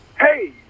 hey